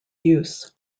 use